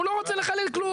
הוא לא רוצה לחלט כלום.